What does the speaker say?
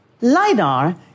LiDAR